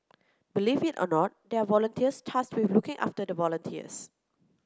believe it or not there are volunteers tasked with looking after the volunteers